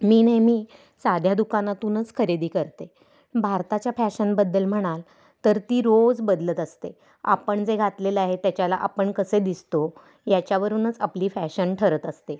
मी नेहमी साध्या दुकानातूनच खरेदी करते भारताच्या फॅशनबद्दल म्हणाल तर ती रोज बदलत असते आपण जे घातलेलं आहे त्याच्याला आपण कसे दिसतो याच्यावरूनच आपली फॅशन ठरत असते